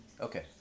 Okay